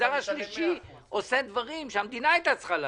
המגזר השלישי עושה דברים שהמדינה הייתה צריכה לעשות.